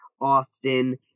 Austin